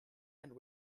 and